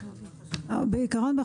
בעיקרון,